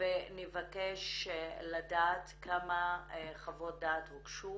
ונבקש לדעת כמה חוות דעת הוגשו